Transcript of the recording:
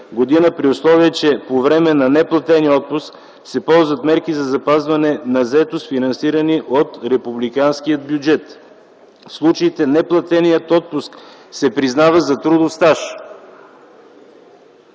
година, при условие че по време на неплатения отпуск се ползват мерки за запазване на заетост, финансирани от републиканския бюджет. В случаите неплатеният отпуск се признава за трудов стаж.”